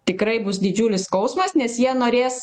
tikrai bus didžiulis skausmas nes jie norės